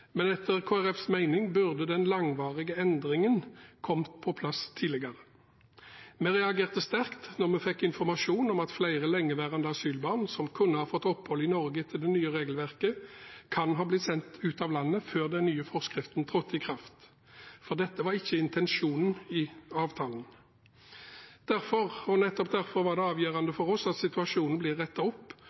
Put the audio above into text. men etter vår mening burde den langvarige endringen kommet på plass tidligere. Vi reagerte sterkt da vi fikk informasjon om at flere lengeværende asylbarn som kunne ha fått opphold i Norge etter det nye regelverket, kan ha blitt sendt ut av landet før den nye forskriften trådte i kraft. Dette var ikke intensjonen i avtalen. Derfor, og nettopp derfor, er det avgjørende for oss at situasjonen blir rettet opp